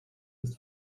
ist